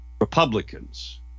Republicans